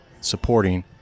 supporting